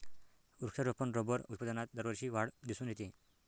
वृक्षारोपण रबर उत्पादनात दरवर्षी वाढ दिसून येते